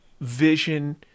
vision